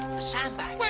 sandbags,